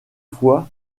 fois